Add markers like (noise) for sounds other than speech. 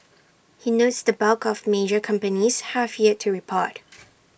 he notes the bulk of major companies have yet to report (noise)